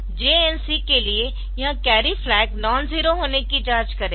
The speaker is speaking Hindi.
JNC के लिए यह कैरी फ्लैग नॉनज़रो होने की जाँच करेगा